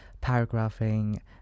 paragraphing